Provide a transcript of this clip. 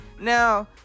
Now